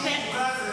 התשפ"ג 2023,